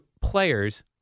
players